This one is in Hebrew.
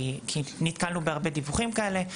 כי נתקלנו בהרבה דיווחים כאלה.